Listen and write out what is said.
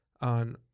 on